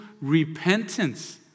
repentance